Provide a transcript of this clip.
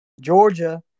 Georgia